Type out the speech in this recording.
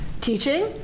teaching